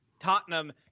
Tottenham